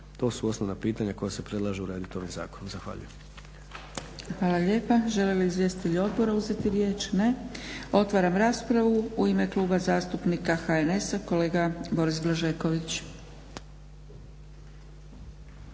To su osnova pitanja koja se predlažu uraditi ovim zakonom. Zahvaljujem. **Zgrebec, Dragica (SDP)** Hvala lijepa. Žele li izvjestitelji odbora uzeti riječ? Ne. Otvaram raspravu. U ime Kluba zastupnika HNS-a kolega Boris Blažeković.